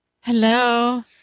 Hello